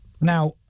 now